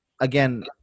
again